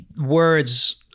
words